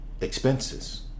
expenses